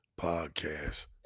podcast